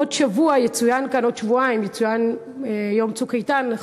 עוד שבוע או עוד שבועיים יצוין יום "צוק איתן".